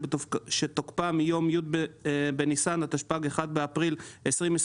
בתקופה שמיום י' בניסן התשפ"ג (1 באפריל 2023)